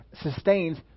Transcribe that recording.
sustains